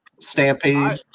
Stampede